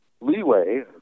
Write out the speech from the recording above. leeway